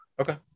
Okay